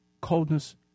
coldness